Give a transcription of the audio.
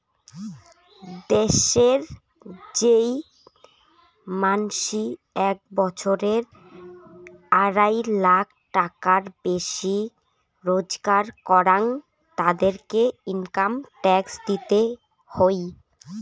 দ্যাশের যেই মানসি এক বছরে আড়াই লাখ টাকার বেশি রোজগার করাং, তাদেরকে ইনকাম ট্যাক্স দিতে হই